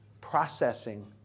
processing